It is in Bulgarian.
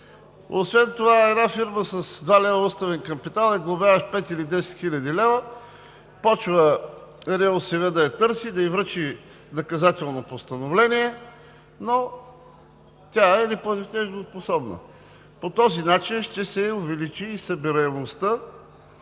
Освен това една фирма с два лева уставен капитал я глобяваш пет или десет хиляди лева. Започва РИОСВ да я търси, да й връчи наказателно постановление, но тя е неплатежоспособна. По този начин ще се увеличи и събираемостта